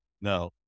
no